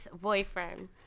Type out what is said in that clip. boyfriend